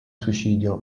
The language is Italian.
suicidio